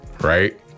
Right